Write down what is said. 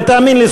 ותאמין לי,